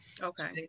okay